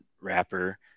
wrapper